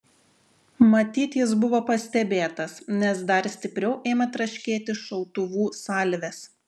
matyt jis buvo pastebėtas nes dar stipriau ėmė traškėti šautuvų salvės